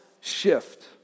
shift